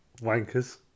wankers